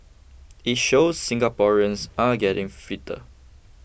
it shows Singaporeans are getting fitter